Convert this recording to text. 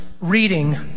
reading